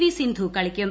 V Sindhu കളിക്കും